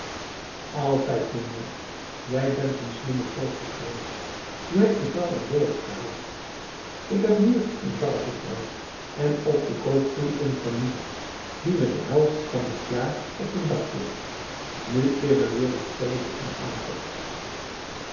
altijd meneer jij bent n slimme vogel geweest je hebt je vrouw uit holland gehaald ik heb hier n vrouw getrouwd en op de koop toe n familie die me de helft van het jaar op m'n dak zit nu is er weer n stelletje in aantocht